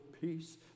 peace